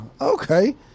Okay